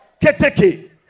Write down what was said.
Keteke